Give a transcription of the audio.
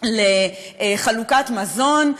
לחלוקת מזון,